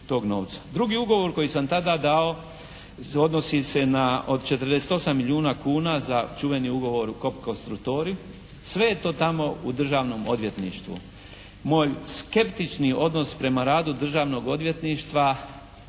Drugi ugovor koji sam tada dao odnosi se na od 48 milijuna kuna za čuveni ugovor u …/Govornik se ne razumije./…, sve je to tamo u Državnom odvjetništvu. Moj skeptični odnos prema radu Državnog odvjetništva